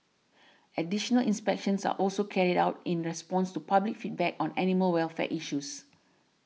additional inspections are also carried out in response to public feedback on animal welfare issues